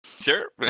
sure